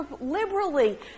liberally